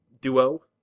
duo